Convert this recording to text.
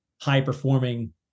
high-performing